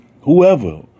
whoever